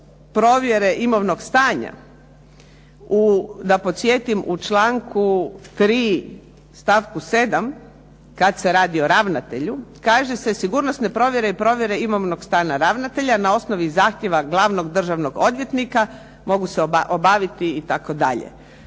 provjere imovnog stanja, da podsjetim u članku 3. stavku 7. kad se radi o ravnatelju kaže se, sigurnosne provjere i provjere imovnog stanja ravnatelja na osnovi zahtjeva glavnog državnog odvjetnika mogu se obaviti itd.